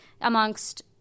amongst